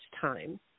time